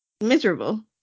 Miserable